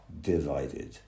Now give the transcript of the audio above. divided